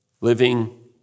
Living